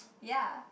ya